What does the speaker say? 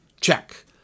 Check